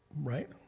right